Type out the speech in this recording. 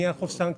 מי יאכוף סנקציות?